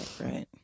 right